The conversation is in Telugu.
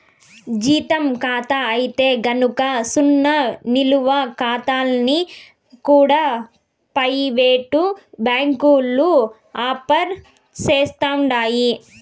జీతం కాతా అయితే గనక సున్నా నిలవ కాతాల్ని కూడా పెయివేటు బ్యాంకులు ఆఫర్ సేస్తండాయి